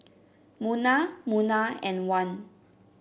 Munah Munah and Wan